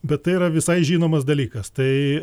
bet tai yra visai žinomas dalykas tai